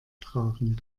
tragen